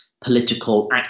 political